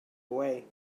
away